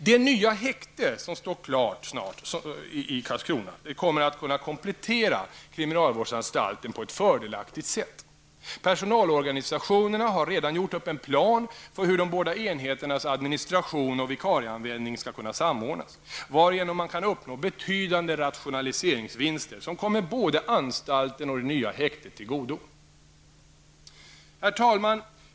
Det nya häkte som snart står klart i Karlskrona kommer att kunna komplettera kriminalvårdsanstalten på ett fördelaktigt sätt. Personalorganisationerna har redan gjort upp en plan för hur de båda enheternas administration och vikarieanvändning skall kunna samordnas, varigenom man kan uppnå betydande rationaliseringsvinster som kommer både anstalten och det nya häktet till godo. Herr talman!